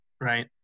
Right